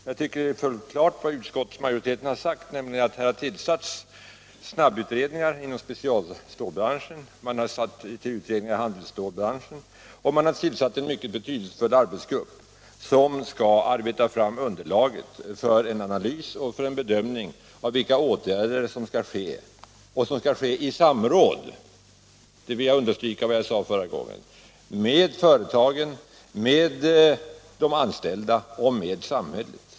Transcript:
Jag tycker det är fullt klart vad utskottsmajoriteten har sagt, nämligen att det har tillsatts snabbutredningar inom specialstålbranschen, utredningar inom handelsstålbranschen och en mycket betydelsefull arbetsgrupp som skall arbeta fram underlaget för en analys och bedömning av vilka åtgärder som är möjliga att vidta, och vidtas i samråd — det vill jag understryka — med företagen, de anställda och samhället.